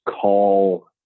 call